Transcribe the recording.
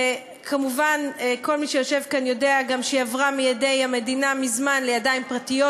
שכמובן כל מי שיושב כאן יודע שהיא עברה מידי המדינה מזמן לידיים פרטיות,